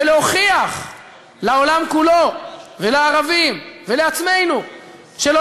ולהוכיח לעולם כולו ולערבים ולעצמנו שלא